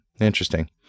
Interesting